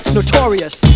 notorious